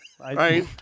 Right